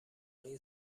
این